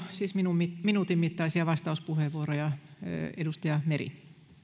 siis minuutin minuutin mittaisia vastauspuheenvuoroja ensimmäinen puheenvuoro edustaja meri kiitos